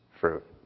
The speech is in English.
fruit